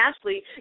Ashley